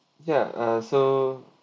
ya uh so